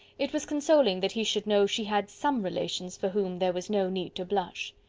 it was consoling that he should know she had some relations for whom there was no need to blush.